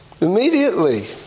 Immediately